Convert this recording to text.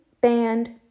band